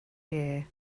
year